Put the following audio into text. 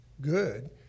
good